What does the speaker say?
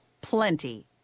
Plenty